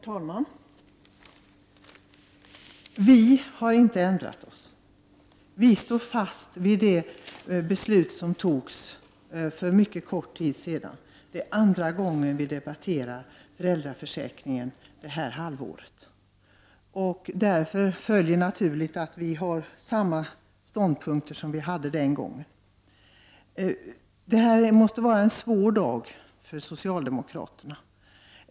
Herr talman! Vi har inte ändrat oss. Vi står fast vid det beslut som fattades för mycket kort tid sedan. Det är andra gången vi debatterar föräldraförsäkringen detta halvår. Därför följer naturligt att vi har samma ståndpunkter som vi hade förra gången. Det här måste vara en svår dag för socialdemokraterna.